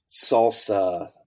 salsa